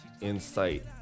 insight